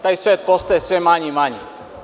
Taj svet postaje sve manji i manji.